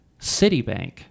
Citibank